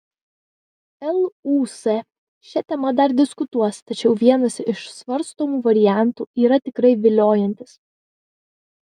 lūs šia tema dar diskutuos tačiau vienas iš svarstomų variantų yra tikrai viliojantis